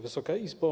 Wysoka Izbo!